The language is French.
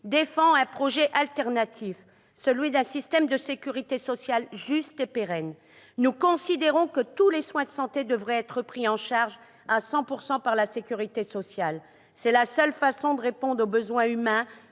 défend le projet alternatif d'un système de sécurité sociale juste et pérenne. Nous considérons que tous les soins de santé devraient être pris en charge à 100 % par la sécurité sociale. C'est la seule façon de répondre aux besoins humains